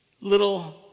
little